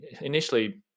initially